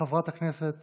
חברת הכנסת